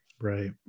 Right